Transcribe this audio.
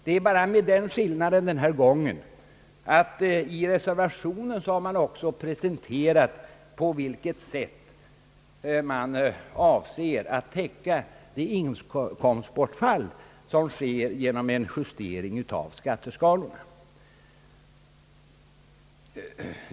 Det är bara den skillnaden att den här gången har högerrepresentanterna i reservationen presenterat på vilket sätt man avser att täcka det inkomstbortfall som sker genom en justering av skatteskalorna.